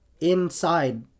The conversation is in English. inside